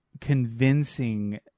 convincing